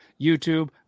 YouTube